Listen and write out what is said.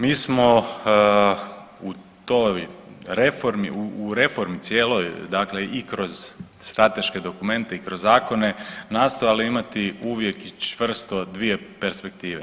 Mi smo u toj reformi, u reformi cijeloj i kroz strateške dokumente i kroz zakone nastojali imati uvijek čvrsto dvije perspektive.